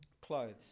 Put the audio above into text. clothes